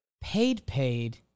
paid-paid